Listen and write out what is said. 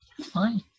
Fine